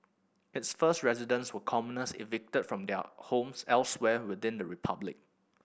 its first residents were commoners evicted from their homes elsewhere within the republic